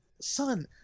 son